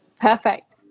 Perfect